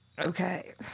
okay